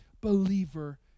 believer